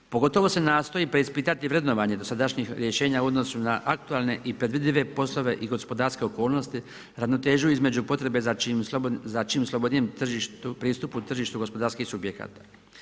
Pogotovo se nastoji preispitati vrednovanje dosadašnjih rješenja u odnosu na aktualne i predvidljive poslove i gospodarske okolnosti, ravnotežu između potrebe za čim slobodnijim tržištem, pristupu tržišta gospodarskih subjekata.